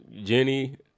jenny